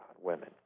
women